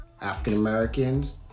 African-Americans